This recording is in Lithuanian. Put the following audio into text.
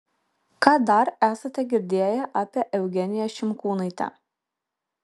ką dar esate girdėję apie eugeniją šimkūnaitę